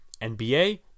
nba